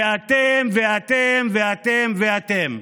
ואתם ואתם ואתם ואתם.